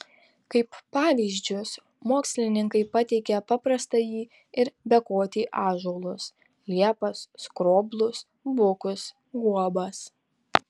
kaip pavyzdžius mokslininkai pateikia paprastąjį ir bekotį ąžuolus liepas skroblus bukus guobas